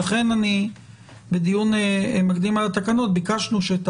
לכן בדיון מקדם על התקנות ביקשנו שאת